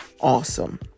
awesome